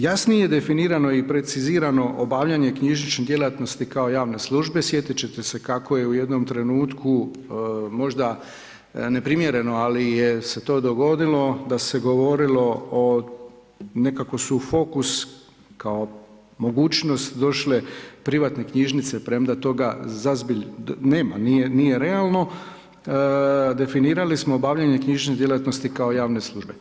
Jasnije je definirano i precizirano obavljanje knjižnice djelatnosti kao javne službe, sjetiti ćete se kako je u jednom trenutku, možda neprimjereno, ali se je to dogodilo, da se je govorilo o nekako su u fokus kao mogućnost došle privatne knjižnice, premda toga … nema, nije realno, definirali smo obavljanje knjižnične djelatnosti kao javne službe.